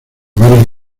varios